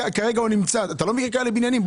אתה לא מגיע לבניינים?